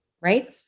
right